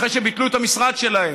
אחרי שביטלו את המשרד שלהם?